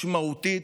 משמעותית,